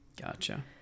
gotcha